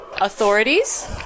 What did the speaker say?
authorities